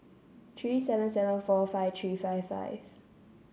three seven seven four five three five five